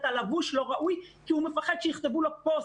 אתה לבוש לא ראוי כי הוא מפחד שיכתבו לו פוסט.